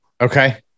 Okay